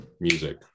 music